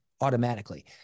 automatically